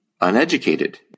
uneducated